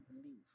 believe